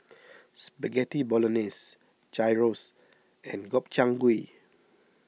Spaghetti Bolognese Gyros and Gobchang Gui